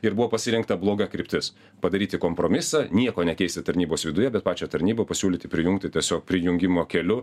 ir buvo pasirinkta bloga kryptis padaryti kompromisą nieko nekeisti tarnybos viduje bet pačią tarnybą pasiūlyti prijungti tiesiog prijungimo keliu